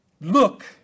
Look